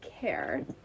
care